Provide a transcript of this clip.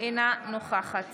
אינה נוכחת